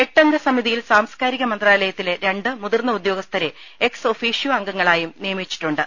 എട്ടംഗ സമിതിയിൽ സാംസ്കാരിക മന്ത്രാലയത്തിലെ രണ്ട് മുതിർന്ന ഉദ്യോഗസ്ഥരെ എക്സ് ഒഫിഷ്യോ അംഗങ്ങളായും നിയമിച്ചിട്ടുണ്ട്